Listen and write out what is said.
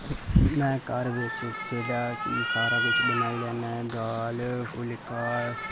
मे घर च जेह्ड़ा कि सब कुछ बनाई लैन्ना दाल फुल्का